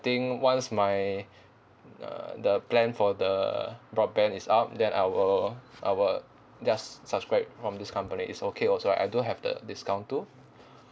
think once my uh the plan for the broadband is out then I will I will just subscribe from this company is okay also right I do have the discount too